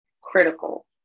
critical